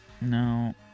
No